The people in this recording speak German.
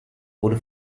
wurde